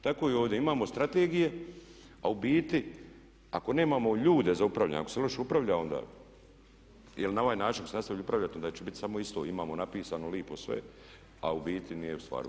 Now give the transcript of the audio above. Tako i ovdje, imamo strategije a u biti ako nemamo ljude za upravljanje, ako se loše upravlja onda jer na ovaj način se nastavilo upravljati, onda će biti samo isto, imamo napisano lipo sve a u biti nije ostvarivo.